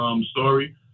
story